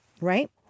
right